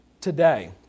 today